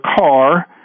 car